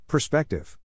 Perspective